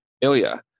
Ilya